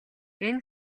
энэ